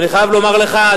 אני חייב לומר לך,